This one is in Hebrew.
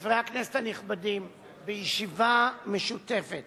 חברי הכנסת הנכבדים, בישיבה משותפת